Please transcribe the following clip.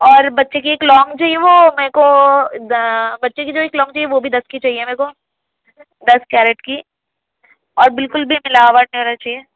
اور بچے کی ایک لونگ چاہیے وہ میرے کو بچے کی جو ایک لونگ ہوتی ہے وہ بھی دس کی چاہیے میرے کو دس کیرٹ کی اور بالکل بھی ملاوٹ نہیں ہونا چاہیے